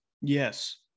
Yes